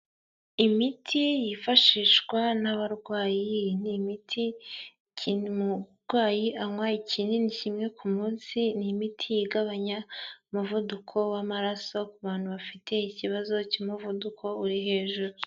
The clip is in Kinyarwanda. Imiti yifashishwa n'abarwayi, iyi ni imiti umurwayi anywa ikinini kimwe ku munsi, ni imiti igabanya umuvuduko w'amaraso ku bantu bafite ikibazo cy'umuvuduko uri hejuru.